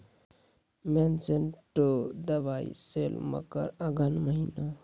Monsanto दवाई सेल मकर अघन महीना,